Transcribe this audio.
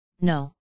No